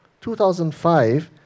2005